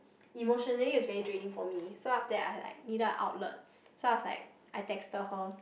emotionally it's very draining for me so after that I like needed a outlet so I was like I texted her